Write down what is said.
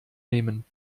nehmen